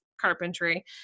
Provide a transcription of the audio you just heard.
carpentry